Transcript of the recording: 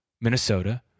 Minnesota